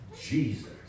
Jesus